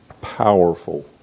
Powerful